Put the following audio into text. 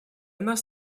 нас